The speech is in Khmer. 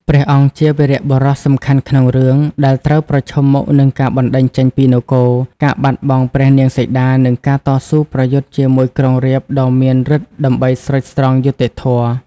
ព្រះអង្គជាវីរបុរសសំខាន់ក្នុងរឿង ដែលត្រូវប្រឈមមុខនឹងការបណ្ដេញចេញពីនគរ ការបាត់បង់ព្រះនាងសីតា និងការតស៊ូប្រយុទ្ធជាមួយក្រុងរាពណ៍ដ៏មានឫទ្ធិដើម្បីស្រោចស្រង់យុត្តិធម៌ ។